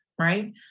right